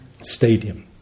stadium